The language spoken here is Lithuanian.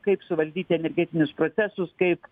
kaip suvaldyti energetinius procesus kaip